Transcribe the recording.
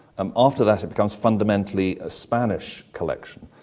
um after that, it becomes fundamentally a spanish collection.